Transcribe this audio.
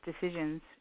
decisions